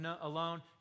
alone